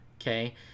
okay